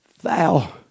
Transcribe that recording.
thou